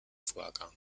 vorgang